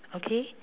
okay